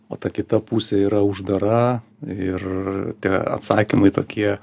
o ta kita pusė yra uždara ir tie atsakymai tokie